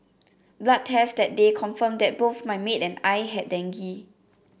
blood tests that day confirmed that both my maid and I had dengue